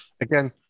Again